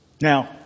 Now